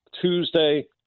Tuesday